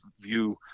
view